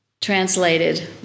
translated